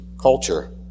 culture